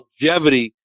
longevity